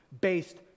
based